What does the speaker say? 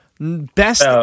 Best